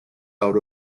out